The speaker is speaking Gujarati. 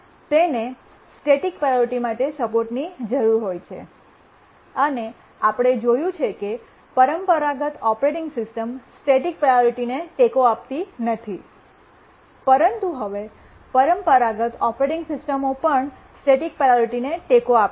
તેને સ્ટેટિક પ્રાયોરિટી માટે સપોર્ટની જરૂર હોય છે અને આપણે જોયું છે કે પરંપરાગત ઓપરેટિંગ સિસ્ટમ સ્ટેટિક પ્રાયોરિટીને ટેકો આપતી નથી પરંતુ હવે પરંપરાગત ઓપરેટિંગ સિસ્ટમો પણ સ્ટેટિક પ્રાયોરિટીને ટેકો આપે છે